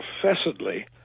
professedly